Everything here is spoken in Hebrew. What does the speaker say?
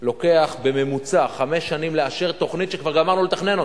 לוקח בממוצע חמש שנים לאשר תוכנית שכבר גמרנו לתכנן אותה.